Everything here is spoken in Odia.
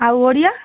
ଆଉ ଓଡ଼ିଆ